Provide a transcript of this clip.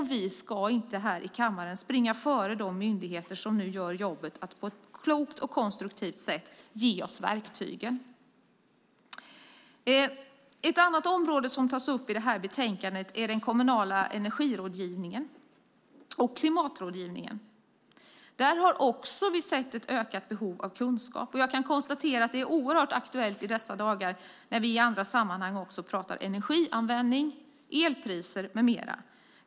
Vi ska inte här i kammaren springa före de myndigheter som nu gör jobbet att på ett klokt och konstruktivt sätt ge oss verktygen. Ett annat område som tas upp i det här betänkandet är den kommunala energi och klimatrådgivningen. Även där har vi sett ett ökat behov av kunskap, och jag kan konstatera att det är oerhört aktuellt i dessa dagar när vi i andra sammanhang också pratar energianvändning, elpriser med mera.